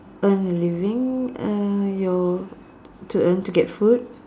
earn a living uh your to earn to get food